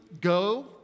go